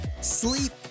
sleep